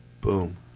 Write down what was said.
Boom